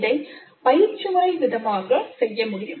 இதை பயிற்சிமுறை விதமாக செய்ய முடியும்